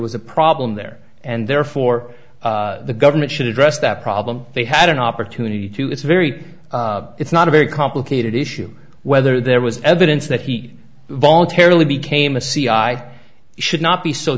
was a problem there and therefore the government should address that problem they had an opportunity to it's very it's not a very complicated issue whether there was evidence that he voluntarily became a c i should not be so